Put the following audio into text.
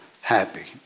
happy